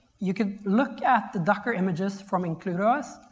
you could look at the docker images from includeos.